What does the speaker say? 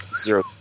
zero